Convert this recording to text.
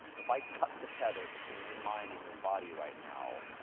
if i cut the tether between your mind and your body right now,